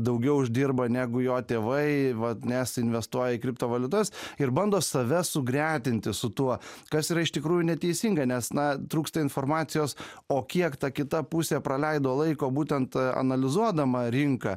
daugiau uždirba negu jo tėvai vat nes investuoja į kriptovaliutas ir bando save sugretinti su tuo kas yra iš tikrųjų neteisinga nes na trūksta informacijos o kiek ta kita pusė praleido laiko būtent analizuodama rinką